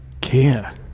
care